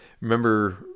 remember